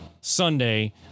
Sunday